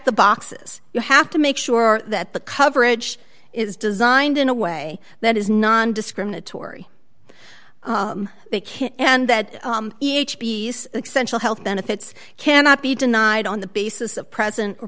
the boxes you have to make sure that the coverage is designed in a way that is non discriminatory and that each b s central health benefits cannot be denied on the basis of present